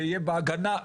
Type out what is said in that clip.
ויהיה בהגנה,